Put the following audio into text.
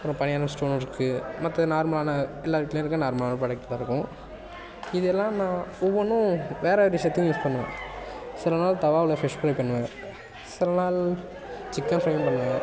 அப்புறம் பணியாரம் ஸ்டோன்னும் இருக்குது மற்ற நார்மலான எல்லாேர் வீட்லேயும் இருக்கற நார்மலான ப்ராடக்ட் தான் இருக்கும் இது எல்லாம் நான் ஒவ்வொன்றும் வேறு வேறு விஷயத்துக்கு யூஸ் பண்ணுவேன் சில நாள் தவாவில் ஃபிஷ் ஃப்ரை பண்ணுவேன் சில நாள் சிக்கன் ஃப்ரையும் பண்ணுவேன்